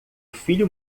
filho